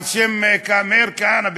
על שם מאיר כהנא,